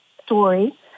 story